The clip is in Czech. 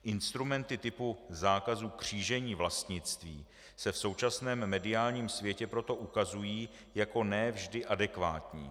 Instrumenty typu zákazu křížení vlastnictví se v současném mediálním světě proto ukazují jako ne vždy adekvátní.